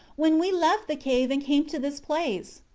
when we left the cave and came to this place.